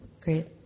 Great